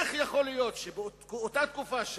איך יכול להיות שבאותה תקופה,